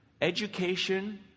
education